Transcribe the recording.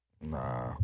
Nah